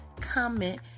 comment